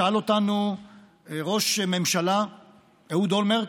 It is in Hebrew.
שאל אותנו ראש הממשלה אהוד אולמרט: